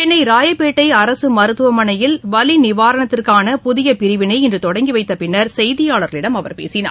சென்னை ராயப்பேட்டை அரசு மருத்துவமனையில் வலி நிவாரணத்திற்கான புதிய பிரிவினை இன்று தொடங்கி வைத்த பின்னர் செய்தியாளர்களிடம் அவர் பேசினார்